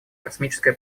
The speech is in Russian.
космическое